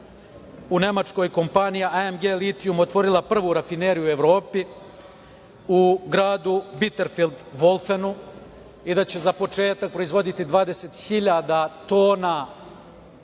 u Nemačkoj kompaniji „AMG litijuma“ otvorila prvu rafineriju u Evropi u gradu Biterfeld-Volfenu i da će za početak proizvoditi 20 hiljada